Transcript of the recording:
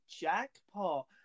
Jackpot